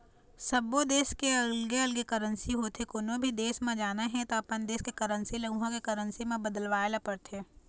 सब्बो देस के अलगे अलगे करेंसी होथे, कोनो भी देस म जाना हे त अपन देस के करेंसी ल उहां के करेंसी म बदलवाए ल परथे